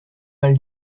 mal